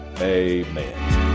amen